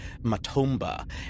Matomba